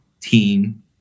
team